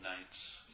nights